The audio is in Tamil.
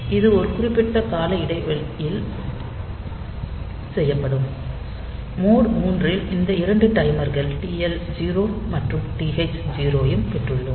இது ஒரு குறிப்பிட்ட கால இடைவெளியில் செய்யப்படும் மோட் 3 இல் இந்த 2 டைமர்கள் TL 0 மற்றும் TH 0 ஐயும் பெற்றுள்ளோம்